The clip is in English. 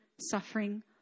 suffering